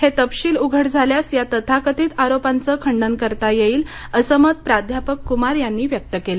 हे तपशील उघड झाल्यास या तथाकथित आरोपांचं खंडन करता येईल असं मत प्राध्यापक कुमार यांनी व्यक्त केलं